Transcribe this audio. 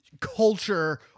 Culture